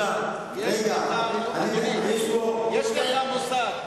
יש לך מושג,